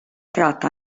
tratta